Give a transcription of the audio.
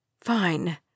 Fine